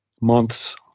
months